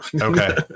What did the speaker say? Okay